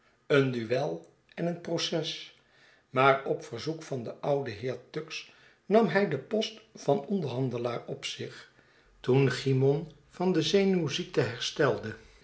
een duel en een proces maar op verzoek van den ouden heer tuggs nam hij den post van onderhandelaar op zich toen cymon van de zenuwziekte herstelde